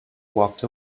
walked